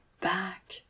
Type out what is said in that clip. back